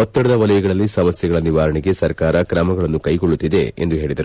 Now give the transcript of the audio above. ಒತ್ತಡದ ವಲಯಗಳಲ್ಲಿ ಸಮಸ್ಯೆಗಳ ನಿವಾರಣೆಗೆ ಸರ್ಕಾರ ಕ್ರಮಗಳನ್ನು ಕೈಗೊಳ್ಳುತ್ತಿದೆ ಎಂದು ಹೇಳಿದರು